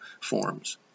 forms